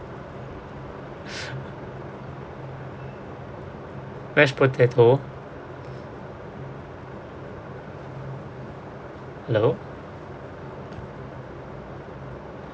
mashed potato hello